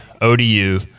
ODU